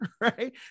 right